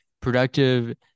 productive